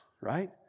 right